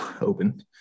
open